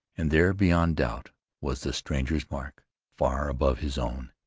and there beyond doubt was the stranger's mark far above his own.